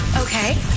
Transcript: Okay